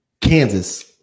Kansas